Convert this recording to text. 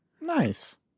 Nice